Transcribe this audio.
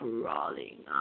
Crawling